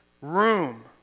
room